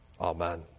Amen